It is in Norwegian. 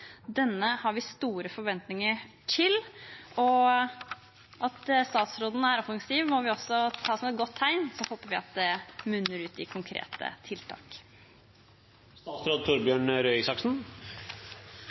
Denne har vi store forventninger til. At statsråden er offensiv, må vi også ta som et godt tegn, og så håper vi det munner ut i konkrete